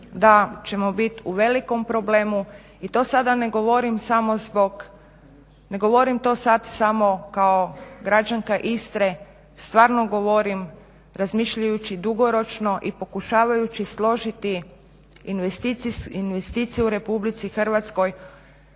da ćemo biti u velikom problemu i to sada ne govorim samo kao građanka Istre, stvarno govorim razmišljajući dugoročno i pokušavajući složiti investicije u Republici Hrvatskoj